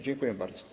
Dziękuję bardzo.